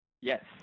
Yes